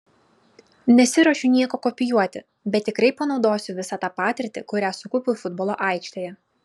nesiruošiu nieko kopijuoti bet tikrai panaudosiu visą tą patirtį kurią sukaupiau futbolo aikštėje